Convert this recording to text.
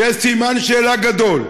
יש סימן שאלה גדול,